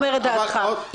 מדובר כאן על חמישי או שני.